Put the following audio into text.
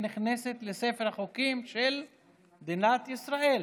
ונכנסת לספר החוקים של מדינת ישראל.